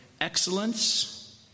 excellence